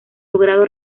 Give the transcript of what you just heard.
logrado